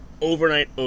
Overnight